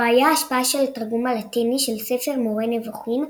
היה ההשפעה של התרגום הלטיני של ספר "מורה נבוכים"